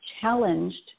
challenged